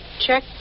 check